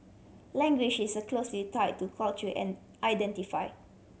language is a closely tie to culture and identify